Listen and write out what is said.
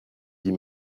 dit